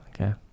Okay